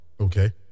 Okay